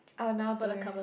oh now don't